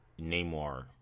Namor